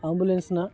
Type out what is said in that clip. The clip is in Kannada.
ಆಂಬುಲೆನ್ಸ್ನ